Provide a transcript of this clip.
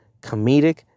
Comedic